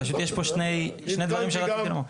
פשוט יש פה שני דברים שרציתי לומר.